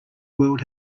world